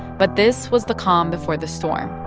but this was the calm before the storm.